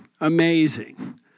Amazing